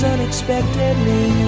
Unexpectedly